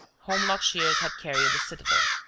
holmlock shears had carried the citadel.